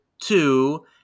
two